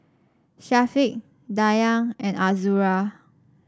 Syafiq Dayang and Azura